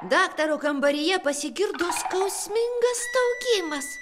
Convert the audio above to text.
daktaro kambaryje pasigirdo skausmingas staugimas